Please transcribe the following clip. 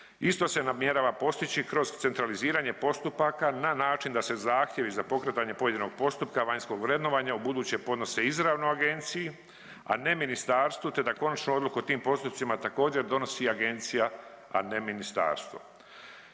Isto se namjerava postići kroz centraliziranje postupaka na način da se zahtjevi za pokretanje pojedinog postupaka vanjskog vrednovanja ubuduće podnose izravno Agenciji, a ne Ministarstvu te da konačnu odluku o tim postupcima također, donosi Agencija, a ne Ministarstvo.